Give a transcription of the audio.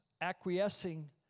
acquiescing